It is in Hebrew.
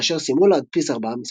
כאשר סיימו להדפיס ארבעה מספריו,